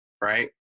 right